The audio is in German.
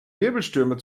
wirbelströme